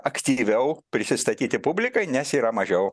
aktyviau prisistatyti publikai nes yra mažiau